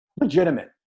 legitimate